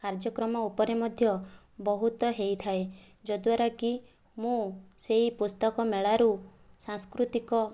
କାର୍ଯ୍ୟକ୍ରମ ଉପରେ ମଧ୍ୟ ବହୁତ ହୋଇଥାଏ ଯଦ୍ଵାରା କି ମୁଁ ସେହି ପୁସ୍ତକ ମେଳାରୁ ସାଂସ୍କୃତିକ